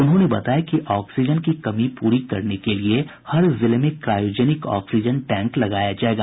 उन्होंने बताया कि ऑक्सीजन की कमी पूरी करने के लिए हर जिले में क्रायोजेनिक ऑक्सीजन टैंक लगाया जायेगा